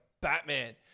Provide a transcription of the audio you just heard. Batman